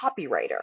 copywriter